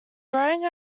growing